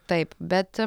taip bet